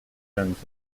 dance